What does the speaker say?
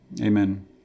Amen